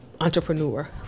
entrepreneur